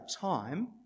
time